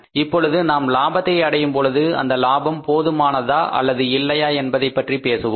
இப்பொழுது நாம் லாபத்தை அடையும் பொழுது அந்த லாபம் போதுமானதா அல்லது இல்லையா என்பதைப் பற்றி பேசுவோம்